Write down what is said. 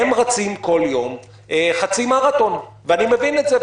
הם רצים בכל יום חצי מרתון ואני מבין את זה,